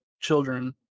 Children